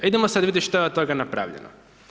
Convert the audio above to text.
Idemo sad vidjeti što je od toga napravljeno.